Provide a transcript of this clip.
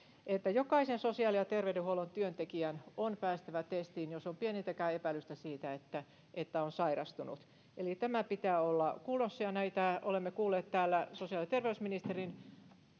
että jokaisen sosiaali ja terveydenhuollon työntekijän on päästävä testiin jos on pienintäkään epäilystä siitä että että on sairastunut eli tämän pitää olla kunnossa ja olemme kuulleet täällä sosiaali ja terveysministerin